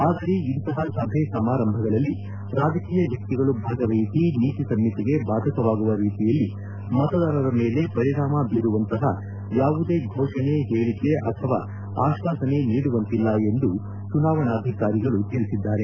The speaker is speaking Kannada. ಆದರೆ ಇಂತಹ ಸಭೆ ಸಮಾರಂಭಗಳಲ್ಲಿ ರಾಜಕೀಯ ವ್ಯಕ್ತಿಗಳು ಭಾಗವಹಿಸಿ ನೀತಿಸಂಹಿತೆಗೆ ಬಾಧಕವಾಗುವ ರೀತಿಯಲ್ಲಿ ಮತದಾರರ ಮೇಲೆ ಪರಿಣಾಮ ಬೀರುವಂತಪ ಯಾವುದೇ ಘೋಷಣೆ ಹೇಳಿಕೆ ಅಥವಾ ಆಶ್ವಾಸನೆ ನೀಡುವಂತಿಲ್ಲ ಎಂದು ಚುನಾವಣಾಧಿಕಾರಿಗಳು ತಿಳಿಸಿದ್ದಾರೆ